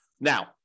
Now